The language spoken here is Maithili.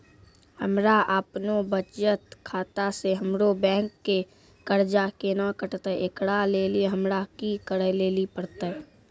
हमरा आपनौ बचत खाता से हमरौ बैंक के कर्जा केना कटतै ऐकरा लेली हमरा कि करै लेली परतै?